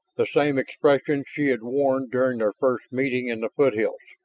the same expression she had worn during their first meeting in the foothills.